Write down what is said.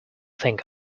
think